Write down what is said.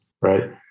right